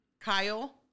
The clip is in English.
Kyle